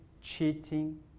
cheating